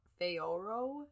Feoro